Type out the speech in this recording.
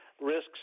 risks